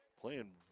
Playing